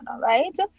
right